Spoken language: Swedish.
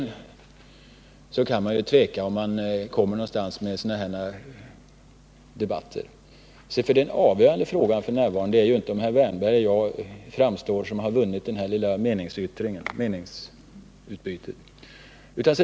Egentligen är det tvivelaktigt om man kommer någonstans med den här typen av debatter. Den avgörande frågan just nu är ju inte om herr Wärnberg eller jag framstår som vinnare i det här lilla meningsutbytet.